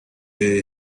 you